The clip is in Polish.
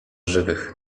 żywych